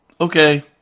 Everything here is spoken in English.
Okay